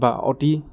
বা অতি